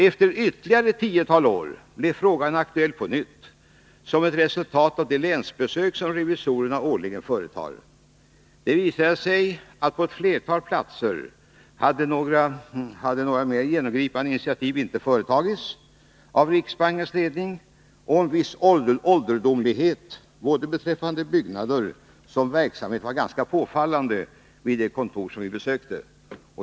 Efter ytterligare ett tiotal år blev frågan aktuell på nytt, som ett resultat av de länsbesök som revisorerna årligen företar. Det visade sig att på ett flertal platser hade några mer genomgripande initiativ icke företagits av riksbankens ledning, och en viss ålderdomlighet både beträffande byggnader och verksamheter var ganska påfallande vid de kontor som vi besökte.